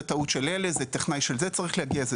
זה טעות של אלה; זה טכנאי של זה צריך להגיע.